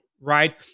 right